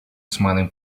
smiling